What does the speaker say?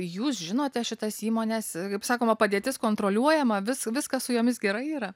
jūs žinote šitas įmones kaip sakoma padėtis kontroliuojama vis viskas su jomis gerai yra